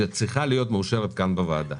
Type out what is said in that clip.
שצריכה להיות מאושרת כאן בוועדה.